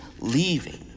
leaving